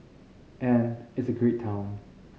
and it's a great town